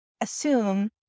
assume